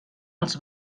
els